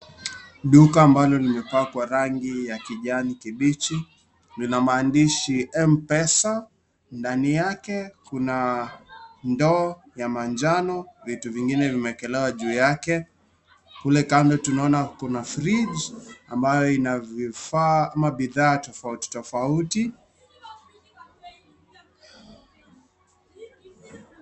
Duka ambalo limepakwa rangi ya kijani kibichi lina maandishi MPESA, ndani yake kuna ndoo ya manjano, vitu vingine vimeekelewa juu yake kule Kando tunaona kuna (CS)fridge(CS )ambayo ina vifaa ama bidhaa tofauti tofauti.